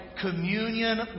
communion